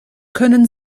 können